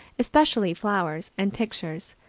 especially flowers and pictures,